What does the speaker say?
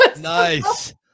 nice